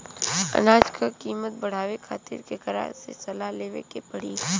अनाज क कीमत बढ़ावे खातिर केकरा से सलाह लेवे के पड़ी?